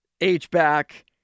H-back